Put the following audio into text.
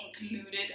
included